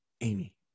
Amy